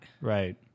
right